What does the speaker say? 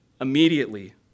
Immediately